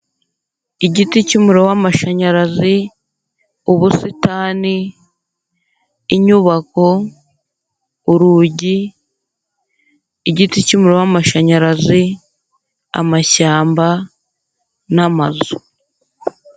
Igiti cy'umuriro w'amashanyarazi, ubusitani, inyubako, urugi, igiti cy'umuriro w'amashanyarazi, amashyamba n'amazu.